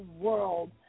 world